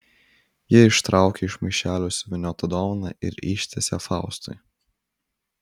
ji ištraukia iš maišelio suvyniotą dovaną ir ištiesia faustui